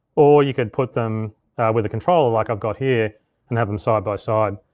or you could put them with a controller, like i've got here and have em side-by-side.